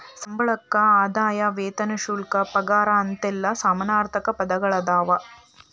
ಸಂಬಳಕ್ಕ ಆದಾಯ ವೇತನ ಶುಲ್ಕ ಪಗಾರ ಅಂತೆಲ್ಲಾ ಸಮಾನಾರ್ಥಕ ಪದಗಳದಾವ